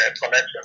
connection